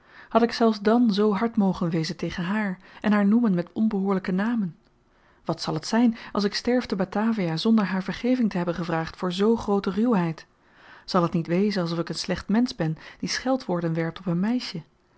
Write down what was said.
pagger had ik zelfs dàn zoo hard mogen wezen tegen haar en haar noemen met onbehoorlyke namen wat zal t zyn als ik sterf te batavia zonder haar vergeving te hebben gevraagd voor z groote ruwheid zal t niet wezen alsof ik een slecht mensch ben die scheldwoorden werpt op een meisje